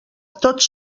tots